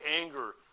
anger